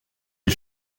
est